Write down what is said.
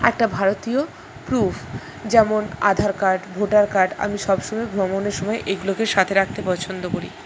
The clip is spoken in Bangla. একটা ভারতীয় প্রুফ যেমন আধার কার্ড ভোটার কার্ড আমি সবসময় ভ্রমণের সময় এইগুলোকে সাথে রাখতে পছন্দ করি